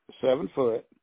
seven-foot